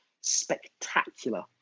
spectacular